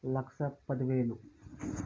లక్ష పది వేలు